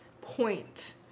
point